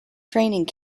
training